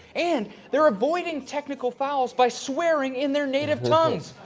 and they're avoiding technical fouls by swearing in their native tongues.